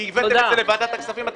כי הבאתם את זה לוועדת כספים?